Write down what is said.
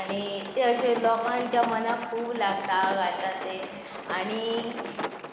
आनी ते अशे लोकांच्या मनाक खूब लागता हांव गायता ते आनी